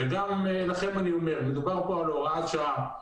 וגם לכם אני אומר: מדובר פה על הוראת שעה.